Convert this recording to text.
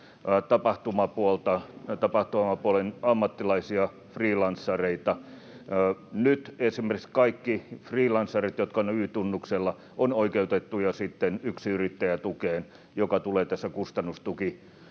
tapahtumapuolen ammattilaisia, freelancereita. Nyt esimerkiksi kaikki freelancerit, jotka ovat Y-tunnuksella, ovat sitten oikeutettuja yksinyrittäjätukeen, joka tulee tässä kustannustuki